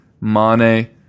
Mane